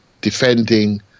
defending